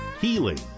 Healing